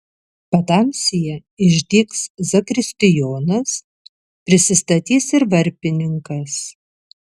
patamsyje išdygs zakristijonas prisistatys ir varpininkas